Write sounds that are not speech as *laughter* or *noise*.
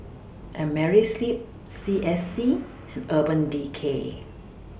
Amerisleep C S C *noise* Urban Decay